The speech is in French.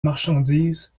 marchandises